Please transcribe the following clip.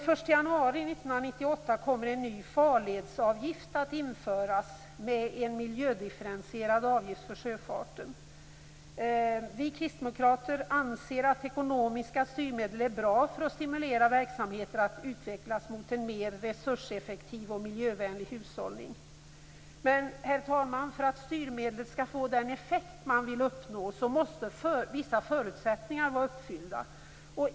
Den 1 januari 1998 kommer en ny farledsavgift att införas med en miljödifferentierad avgift för sjöfarten. Vi kristdemokrater anser att ekonomiska styrmedel är bra för att stimulera verksamheter att utvecklas mot en mer resurseffektiv och miljövänlig hushållning. Herr talman! För att styrmedlet skall få den effekt man vill uppnå måste vissa förutsättningar vara uppfyllda.